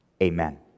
Amen